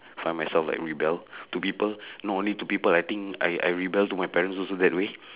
find myself like rebel to people not only to people I think I I rebel to my parents also that way